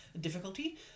difficulty